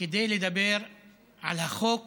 כדי לדבר על החוק